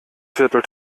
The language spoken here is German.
viertel